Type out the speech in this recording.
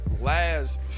last